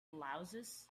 louses